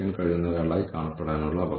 അതിനാൽ പരാതികളും ആവലാതികളും